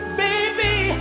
baby